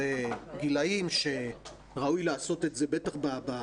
אלה גילאים שראוי לעשות את זה וולונטרי.